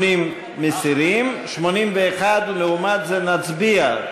80, מסירים, מס' 81, לעומת זה, נצביע.